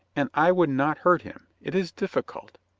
and i would not hurt him. it is difficult.